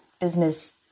business